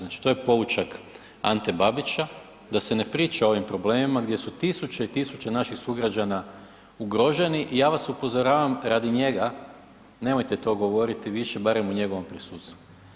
Znači to je poučak Ante Babića da se ne priča o ovim problemima gdje su tisuće i tisuće naših sugrađana ugroženi i ja vas upozoravam radi njega nemojte to govoriti više barem u njegovom prisustvu.